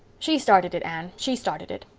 she started it, anne, she started it.